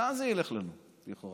לאן זה ילך לנו, לכאורה?